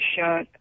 shot